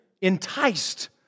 enticed